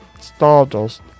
Stardust